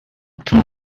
quelle